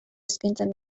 eskaintzen